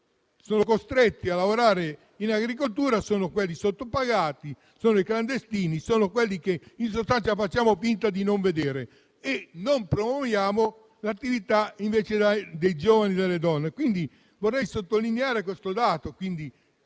sono costretti a lavorare in agricoltura sono i sottopagati, i clandestini, quelli che in sostanza facciamo finta di non vedere. E non promuoviamo invece l'attività dei giovani e delle donne. Vorrei sottolineare questo dato e